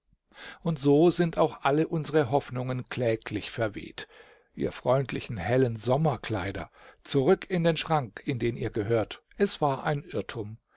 und so sind auch alle unsere hoffnungen kläglich verweht ihr freundlichen hellen sommerkleider zurück in den schrank in den ihr gehört es war ein irrtum